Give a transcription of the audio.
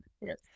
Yes